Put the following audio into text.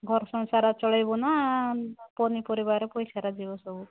ଘର ସଂସାର ଚଳେଇବୁ ନା ପନିପରିବାରେ ପଇସା ଯିବ